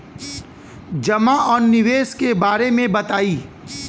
जमा और निवेश के बारे मे बतायी?